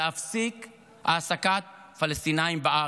להפסיק העסקת פלסטינים בארץ,